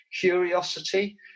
Curiosity